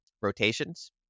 rotations